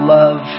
love